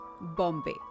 Bombay